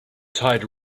tide